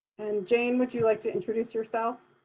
and jane, would you like to introduce yourself?